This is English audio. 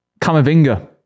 Kamavinga